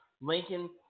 Lincoln